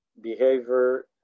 behavior